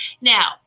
Now